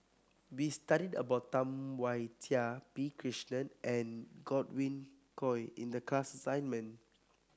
we studied about Tam Wai Jia P Krishnan and Godwin Koay in the class assignment